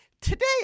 Today